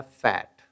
fat